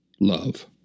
love